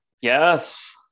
yes